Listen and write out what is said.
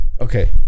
Okay